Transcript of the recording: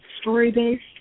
story-based